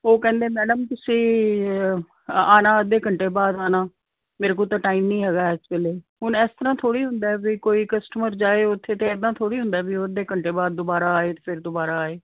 ਉਹ ਕਹਿੰਦੇ ਮੈਮ ਤੁਸੀਂ ਆਣਾ ਅੱਧੇ ਘੰਟੇ ਬਾਅਦ ਆਣਾ ਮੇਰੇ ਕੋਲ ਤਾਂ ਟਾਈਮ ਨਹੀਂ ਹੈਗਾ ਇਸ ਵੇਲੇ ਹੁਣ ਇਸ ਤਰ੍ਹਾਂ ਥੋੜੀ ਹੁੰਦਾ ਵੀ ਕੋਈ ਕਸਟਮਰ ਜਾਏ ਉਥੇ ਤੇ ਇਦਾਂ ਥੋੜੀ ਹੁੰਦਾ ਘੰਟੇ ਬਾਅਦ ਦੁਬਾਰਾ ਆਏ ਫਿਰ ਦੁਬਾਰਾ ਆਏ